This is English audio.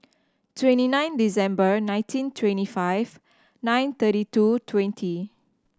twenty nine December nineteen twenty five nine thirty two twenty